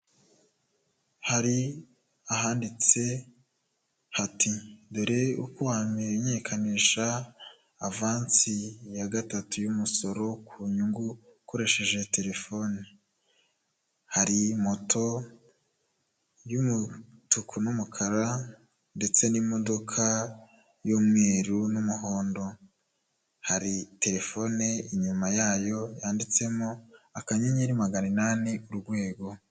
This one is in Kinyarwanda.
Hari ahanditse hati dore uko wamenyekanisha avansi ya gatatu y'umusoro ku nyungu ukoresheje telefoni, hari moto y'umutuku n'umukara, ndetse n'imodoka y'umweru n'umuhondo, hari telefone inyuma yayo yanditsemo akanyenyeri magana inani urwego.